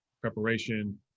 preparation